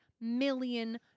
million